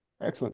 Excellent